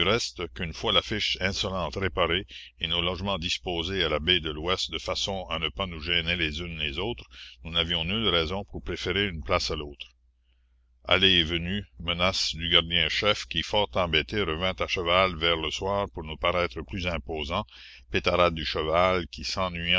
qu'une fois l'affiche insolente réparée et nos logements disposés à la baie de l'ouest la commune de façon à ne pas nous gêner les unes les autres nous n'avions nulle raison pour préférer une place à l'autre allées et venues menaces du gardien chef qui fort embêté revint à cheval vers le soir pour nous paraître plus imposant pétarades du cheval qui